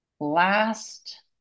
last